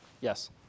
Yes